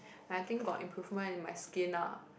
and I think got improvement in my skin lah